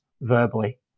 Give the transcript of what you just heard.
verbally